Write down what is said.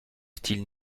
style